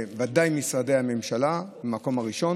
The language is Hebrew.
אלו בוודאי משרדי הממשלה, במקום הראשון,